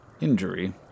injury